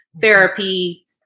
therapy